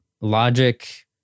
Logic